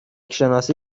شناسی